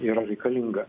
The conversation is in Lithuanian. yra reikalinga